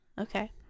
Okay